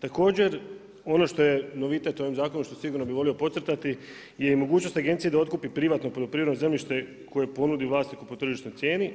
Također ono što je novitet ovim zakonom što bi sigurno volio podcrtati je mogućnost agencije da otkupi privatno poljoprivredno zemljište koje ponudi vlasniku po tržišnoj cijeni,